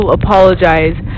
apologize